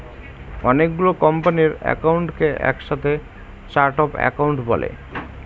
অনেকগুলো কোম্পানির একাউন্টকে এক সাথে চার্ট অফ একাউন্ট বলে